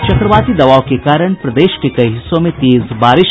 और चक्रवाती दबाव के कारण प्रदेश के कई हिस्सों में तेज बारिश